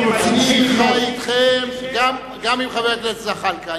אני חי אתכם וגם עם חבר הכנסת זחאלקה.